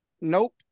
Nope